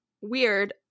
weird